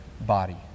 body